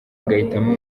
agahitamo